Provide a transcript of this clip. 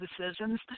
decisions